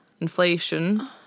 Inflation